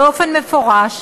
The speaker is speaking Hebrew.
באופן מפורש,